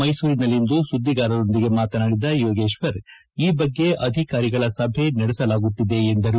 ಮೈಸೂರಿನಲ್ಲಿಂದು ಸುದ್ದಿಗಾರರೊಂದಿಗೆ ಮಾತನಾಡಿದ ಯೋಗೇಶ್ವರ್ ಈ ಬಗ್ಗೆ ಅಧಿಕಾರಿಗಳ ಸಭೆ ನಡೆಸಲಾಗುತ್ತಿದೆ ಎಂದರು